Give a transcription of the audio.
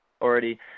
already